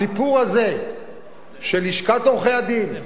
הסיפור הזה של לשכת עורכי-הדין,